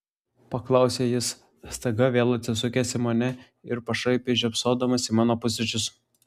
paklausė jis staiga vėl atsisukęs į mane ir pašaipiai žiopsodamas į mano pusryčius